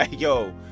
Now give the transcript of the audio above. yo